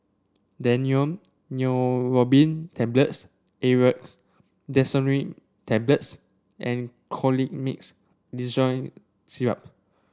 Daneuron Neurobion Tablets Aerius DesloratadineTablets and Colimix Dicyclomine Syrup